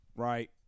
Right